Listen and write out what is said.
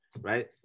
right